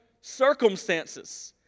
circumstances